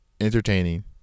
entertaining